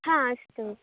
हा अस्तु